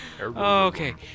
Okay